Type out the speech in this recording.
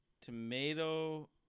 Tomato